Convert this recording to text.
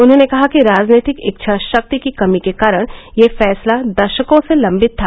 उन्होंने कहा कि राजनीतिक इच्छाशक्ति की कमी के कारण यह फैसला दशकों से लम्बित था